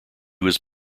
was